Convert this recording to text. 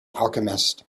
alchemist